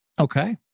Okay